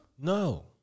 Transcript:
No